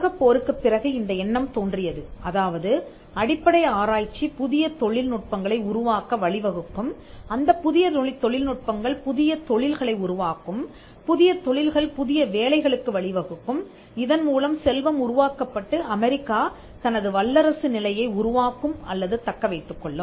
உலகப் போருக்குப் பிறகு இந்த எண்ணம் தோன்றியது அதாவது அடிப்படை ஆராய்ச்சி புதிய தொழில்நுட்பங்களை உருவாக்க வழிவகுக்கும் அந்தப் புதிய தொழில்நுட்பங்கள் புதிய தொழில்களை உருவாக்கும் புதிய தொழில்கள் புதிய வேலைகளுக்கு வழிவகுக்கும் இதன் மூலம் செல்வம் உருவாக்கப்பட்டு அமெரிக்கா தனது வல்லரசு நிலையை உருவாக்கும் அல்லது தக்க வைத்துக்கொள்ளும்